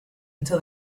until